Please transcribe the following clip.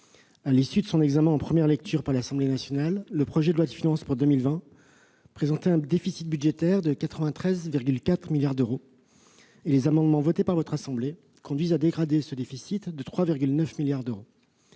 À l'issue de sa discussion en première lecture par l'Assemblée nationale, le projet de loi de finances pour 2020 présentait un déficit budgétaire de 93,4 milliards d'euros ; les amendements adoptés par votre assemblée conduisent à dégrader ce déficit de 3,9 milliards d'euros.